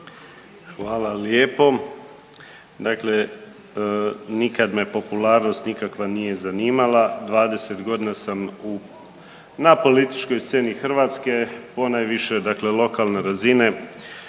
Hvala lijepo. Dakle, nikad ne popularnost nikakva nije zanimala. 20 godina sam u, na političkoj sceni Hrvatske, ponajviše dakle lokalne razine,